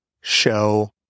show